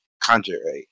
Conjure